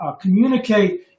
communicate